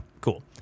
cool